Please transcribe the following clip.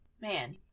Man